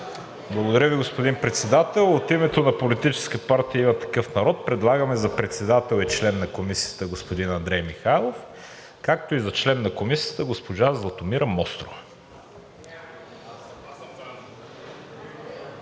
Благодаря Ви, господин Председател. От името на Политическа партия „Има такъв народ“ предлагаме за председател и член на комисията господин Андрей Михайлов, както и за член на Комисията госпожа Златомира Мострова.